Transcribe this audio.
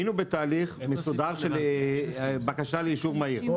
היינו בתהליך מסודר של בקשה לאישור מהיר.